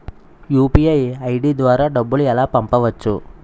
UPI ID ద్వారా డబ్బులు ఎలా పంపవచ్చు?